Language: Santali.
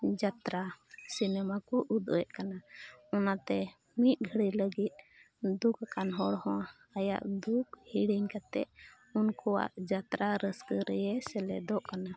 ᱡᱟᱛᱛᱨᱟ ᱥᱤᱱᱮᱢᱟ ᱠᱚ ᱩᱫᱩᱜᱼᱮᱫ ᱠᱟᱱᱟ ᱚᱱᱟᱛᱮ ᱢᱤᱫ ᱜᱷᱟᱹᱲᱤᱡ ᱞᱟᱹᱜᱤᱫ ᱫᱩᱠ ᱟᱠᱟᱱ ᱦᱚᱲ ᱦᱚᱸ ᱟᱭᱟᱜ ᱫᱩᱠ ᱦᱤᱲᱤᱧ ᱠᱟᱛᱮ ᱩᱱᱠᱩᱣᱟᱜ ᱡᱟᱛᱨᱟ ᱨᱟᱹᱥᱠᱟᱹ ᱨᱮ ᱥᱮᱞᱮᱫᱚᱜ ᱠᱟᱱᱟ